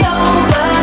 over